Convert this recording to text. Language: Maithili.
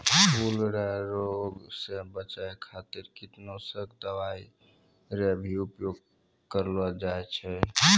फूलो रो रोग से बचाय खातीर कीटनाशक दवाई रो भी उपयोग करलो जाय छै